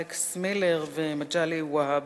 אלכס מילר ומגלי והבה.